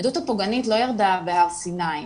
העדות הפוגענית לא ירדה בהר סיני,